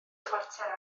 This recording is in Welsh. chwarter